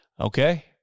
Okay